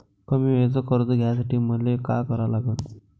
कमी वेळेचं कर्ज घ्यासाठी मले का करा लागन?